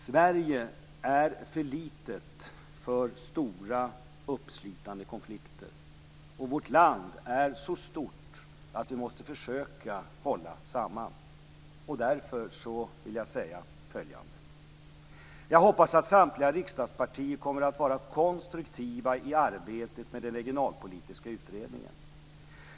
Sverige är för litet för stora uppslitande konflikter, och vårt land är så stort att vi måste försöka hålla samman. Därför vill jag säga följande: Jag hoppas att samtliga riksdagspartier kommer att vara konstruktiva i arbetet med den regionalpolitiska utredningen.